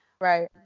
right